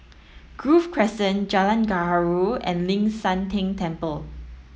Grove Crescent Jalan Gaharu and Ling San Teng Temple